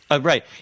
right